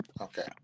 Okay